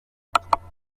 independence